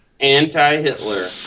Anti-Hitler